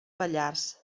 pallars